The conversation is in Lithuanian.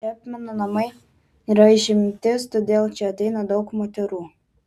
čepmeno namai yra išimtis todėl čia ateina daug moterų